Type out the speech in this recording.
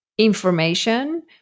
information